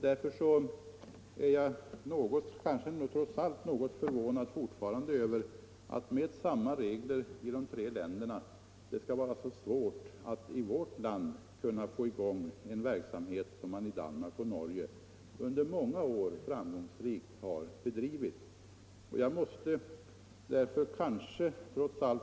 Därför är jag trots allt fortfarande något förvånad över att det, när man har samma regler i de tre länderna, skall vara så svårt att i vårt land få i gång en verksamhet som i Danmark och Norge bedrivits framgångsrikt under många år.